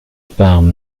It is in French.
parme